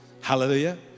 Hallelujah